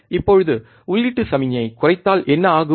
இப்போது உள்ளீட்டு சமிக்ஞையை குறைத்தால் என்ன ஆகும்